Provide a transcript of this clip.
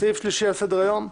סעיף שלישי על סדר-היום: